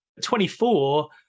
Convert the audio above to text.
24